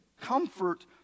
comfort